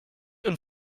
and